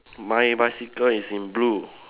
my bicycle is in blue